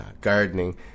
gardening